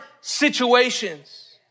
situations